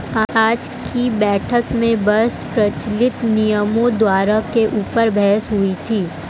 आज की बैठक में बस प्रचलित विनिमय दरों के ऊपर बहस हुई थी